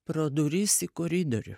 pro duris į koridorių